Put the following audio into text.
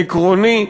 עקרוני,